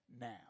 now